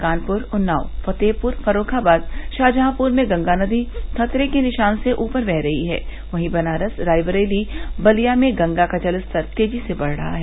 कानपुर उन्नाव फतेहपुर फर्रूखाबाद शाहजहांपुर में गंगा नदी खतरे के निशान से ऊपर वह रही है वहीं बनारस रायबरेली और बलिया में गंगा का जलस्तर तेजी से बढ़ रहा है